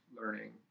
learning